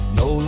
no